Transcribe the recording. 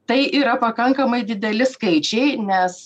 tai yra pakankamai dideli skaičiai nes